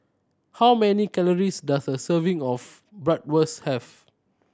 how many calories does a serving of Bratwurst have